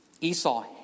Esau